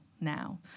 now